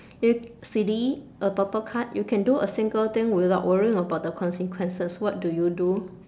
silly a purple card you can do a single thing without worrying about the consequences what do you do